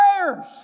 prayers